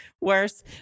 worse